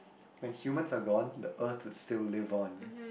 when humans are gone the earth could still live on